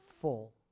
full